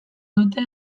dute